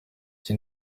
iki